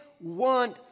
want